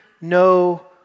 no